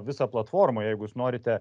visą platformą jeigu jūs norite